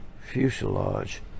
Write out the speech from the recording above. fuselage